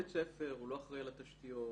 מנהל בית ספר לא אחראי על התשתיות.